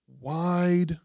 wide